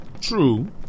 True